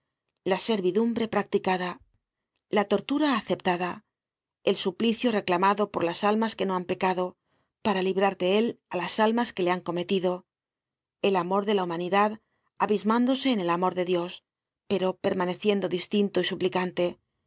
la servidumbre practicada la tortura aceptada el suplicio reclamado por las almas que no han pecado para librar de él á las almas que le han cometido el amor de la humanidad abismándose en el amor de dios pero permaneciendo distinto y suplicante